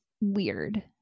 weird